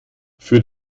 für